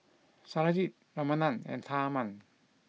Satyajit Ramanand and Tharman